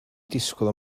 disgwyl